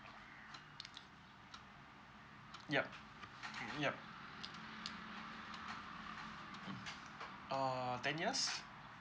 yup yup err ten years